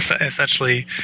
Essentially